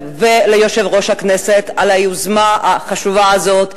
וליושב-ראש הכנסת על היוזמה החשובה הזאת.